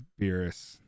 Beerus